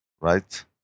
right